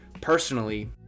personally